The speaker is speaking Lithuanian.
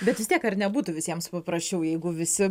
bet vis tiek ar nebūtų visiems paprasčiau jeigu visi